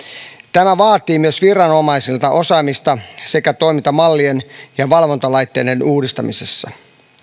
tämä vaatii myös viranomaisilta osaamista sekä toimintamallien ja valvontalaitteiden uudistamista